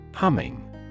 Humming